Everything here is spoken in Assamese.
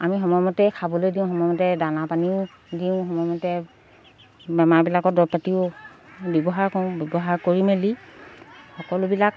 আমি সময়মতে খাবলৈ দিওঁ সময়মতে দানা পানীও দিওঁ সময়মতে বেমাৰবিলাকৰ দৰৱ পাতিও ব্যৱহাৰ কৰোঁ ব্যৱহাৰ কৰি মেলি সকলোবিলাক